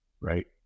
right